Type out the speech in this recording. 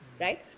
right